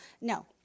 No